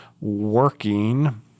working